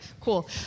cool